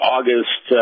August